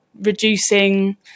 reducing